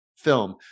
film